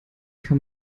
kam